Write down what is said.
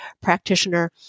practitioner